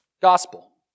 gospel